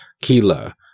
Kila